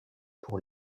pour